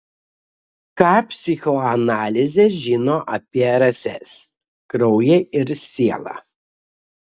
ką psichoanalizė žino apie rases kraują ir sielą